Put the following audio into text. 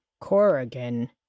Corrigan